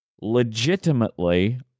Legitimately